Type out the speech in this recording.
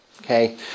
Okay